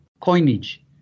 coinage